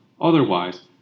otherwise